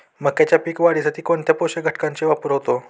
मक्याच्या पीक वाढीसाठी कोणत्या पोषक घटकांचे वापर होतो?